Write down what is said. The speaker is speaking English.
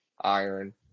iron